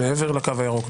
מעבר לקו הירוק,